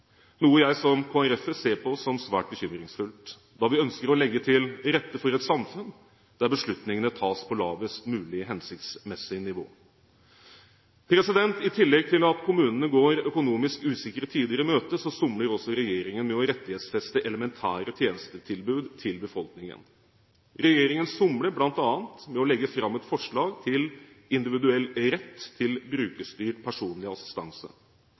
noe jeg som KrF-er ser på som svært bekymringsfullt, da vi ønsker å legge til rette for et samfunn der beslutningene tas på lavest mulig hensiktsmessige nivå. I tillegg til at kommunene går økonomisk usikre tider i møte, somler også regjeringen med å rettighetsfeste elementære tjenestetilbud til befolkningen. Regjeringen somler bl.a. med å legge fram et forslag til individuell rett til